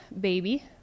baby